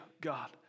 God